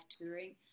touring